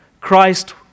Christ